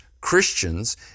Christians